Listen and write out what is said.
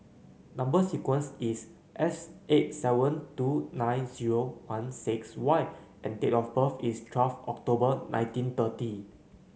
number sequence is S eight seven two nine zero one six Y and date of birth is twelve October nineteen thirty